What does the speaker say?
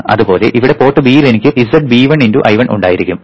അതുപോലെ ഇവിടെ പോർട്ട് ബിയിൽ എനിക്കു zB1 × I1 ഉണ്ടായിരിക്കും